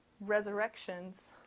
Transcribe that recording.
resurrections